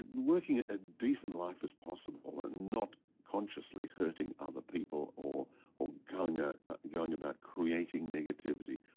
working a decent life as possible and not consciously hurting other people or or going ah going about creating negativity.